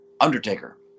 Undertaker